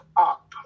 up